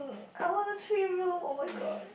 I wanna three room oh-my-god